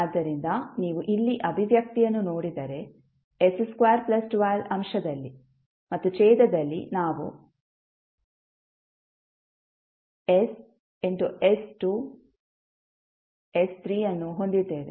ಆದ್ದರಿಂದ ನೀವು ಇಲ್ಲಿ ಅಭಿವ್ಯಕ್ತಿಯನ್ನು ನೋಡಿದರೆ s212 ಅಂಶದಲ್ಲಿ ಮತ್ತು ಛೇದದಲ್ಲಿ ನಾವು s ಅನ್ನು ಹೊಂದಿದ್ದೇವೆ